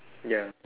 ya